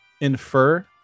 infer